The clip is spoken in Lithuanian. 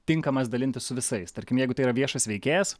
tinkamas dalintis su visais tarkim jeigu tai yra viešas veikėjas